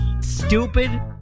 Stupid